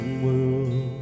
world